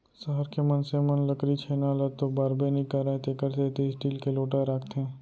सहर के मनसे मन लकरी छेना ल तो बारबे नइ करयँ तेकर सेती स्टील के लोटा राखथें